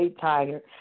tired